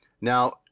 Now